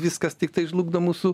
viskas tiktai žlugdo mūsų